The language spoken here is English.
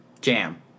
Jam